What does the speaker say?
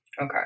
Okay